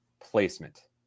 placement